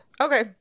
okay